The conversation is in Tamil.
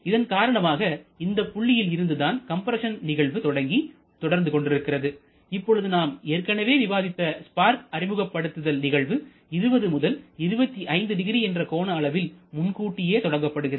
இதன் காரணமாக இந்த புள்ளியில் இருந்துதான் கம்ப்ரஸன் நிகழ்வு தொடங்கி தொடர்ந்து கொண்டிருக்கிறது இப்பொழுது நாம் ஏற்கனவே விவாதித்த ஸ்பார்க் அறிமுகப்படுத்துதல் நிகழ்வு 20 முதல் 250 என்ற கோண அளவில் முன்கூட்டியே தொடங்கப்படுகிறது